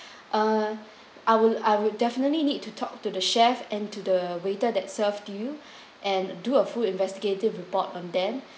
uh I will I will definitely need to talk to the chef and to the waiter that serve you and do a full investigative report on them